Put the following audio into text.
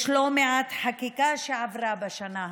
יש לא מעט חקיקה שעברה בשנה האחרונה.